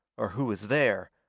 or who is there,